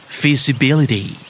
feasibility